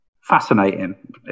fascinating